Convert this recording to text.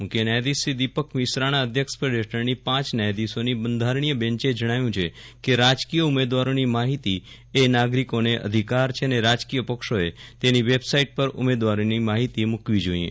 મુખ્ય ન્યાયાધીશ શ્રી દીપક મિશ્રાના અધ્યક્ષપદ હેઠળની પાંચ ન્યાયાધીશોની બંધારણીય બેન્ચે જણાવ્યું છે કે રાજકીય ઉમેદવારની માહિતી એ નાગરિકોને અધિકાર છેઅને રાજકીય પક્ષોએ તેની વેબસાઇટ પર ઉમેદવારોની માહિતી મૂકવી જોઇએ